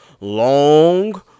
long